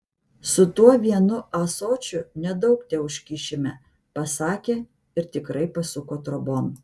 su tuo vienu ąsočiu nedaug teužkišime pasakė ir tikrai pasuko trobon